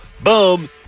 boom